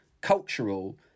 cultural